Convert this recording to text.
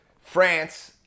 france